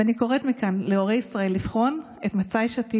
ואני קוראת מכאן להורי ישראל לבחון את מצע יש עתיד